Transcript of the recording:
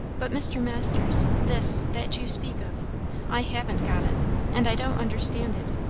but, mr masters this, that you speak of i haven't got it and i don't understand it.